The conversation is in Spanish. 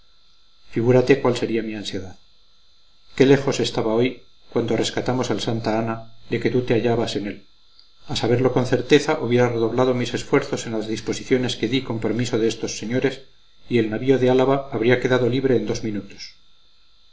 figúrate cuál sería mi ansiedad qué lejos estaba hoy cuando rescatamos al santa ana de que tú te hallabas en él a saberlo con certeza hubiera redoblado mis esfuerzos en las disposiciones que di con permiso de estos señores y el navío de álava habría quedado libre en dos minutos